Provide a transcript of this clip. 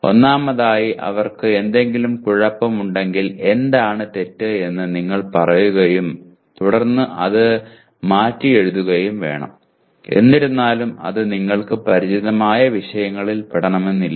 ഒന്നാമതായി അവർക്ക് എന്തെങ്കിലും കുഴപ്പമുണ്ടെങ്കിൽ എന്താണ് തെറ്റ് എന്ന് നിങ്ങൾ പറയുകയും തുടർന്ന് അത് മാറ്റിയെഴുതുകയും വേണം എന്നിരുന്നാലും അത് നിങ്ങൾക്ക് പരിചിതമായ വിഷയങ്ങളിൽ പെടണമെന്നില്ല